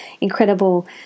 incredible